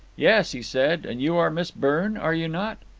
yes, he said and you are miss byrne, are you not?